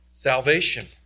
Salvation